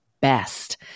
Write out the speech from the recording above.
best